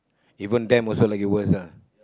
even them also lagi worse ah